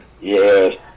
Yes